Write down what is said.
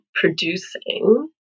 producing